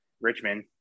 Richmond